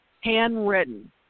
handwritten